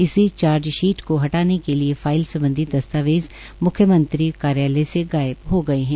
इसी चार्जशीट को हटाने के लिए फाइल सम्बधी दस्तावेज मुख्यमंत्री कार्यालय से गायप हो गये है